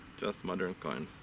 just modern coins.